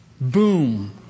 Boom